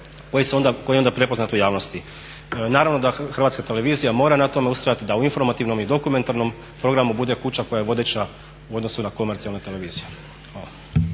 koji je onda prepoznat u javnosti. Naravno da HRT mora na tome ustrajati da u informativnom i dokumentarnom programu bude kuća koja je vodeća u odnosu na komercijalne televizije.